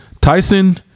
tyson